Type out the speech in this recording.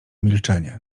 milczenie